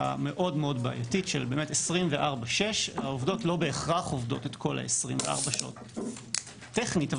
מאוד-מאוד בעייתית של 24/6. העובדות לא בהכרח עובדות את כל 24 השעות טכנית,